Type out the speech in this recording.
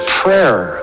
prayer